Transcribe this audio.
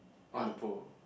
on the pole